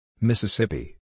Mississippi